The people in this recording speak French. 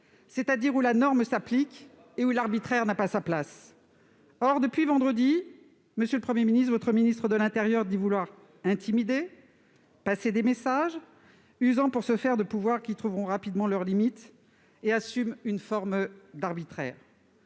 c'est-à-dire un pays où la norme s'applique et où l'arbitraire n'a pas sa place. Or, depuis vendredi, monsieur le Premier ministre, votre ministre de l'intérieur dit vouloir intimider et passer des messages, usant pour ce faire de pouvoirs qui trouveront rapidement leurs limites, et assume une forme d'arbitraire.